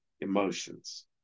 emotions